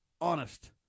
honest